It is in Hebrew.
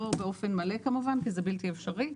לא באופן מלא כמובן כי זה בלתי אפשרי,